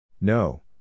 No